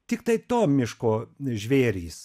tiktai to miško žvėrys